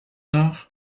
nach